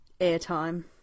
airtime